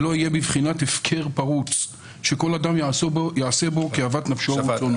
שלא יהיה בבחינת הפקר פרוץ שכל אדם ייעשה בו כאוות נפשו ורצונו".